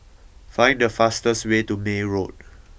find the fastest way to May Road